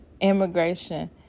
immigration